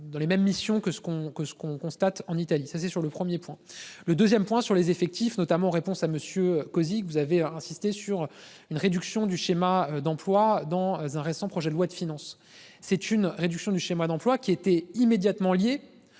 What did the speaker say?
dans les mêmes missions que ce con que ce qu'on constate en Italie, ça c'est sur le 1er point le 2ème point sur les effectifs notamment. Réponse à Monsieur Cozic vous avez insisté sur une réduction du schéma d'emplois dans un récent projet de loi de finances. C'est une réduction du schéma d'emplois qui étaient immédiatement liée